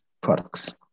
products